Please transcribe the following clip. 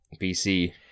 PC